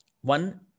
One